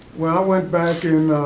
when i went back,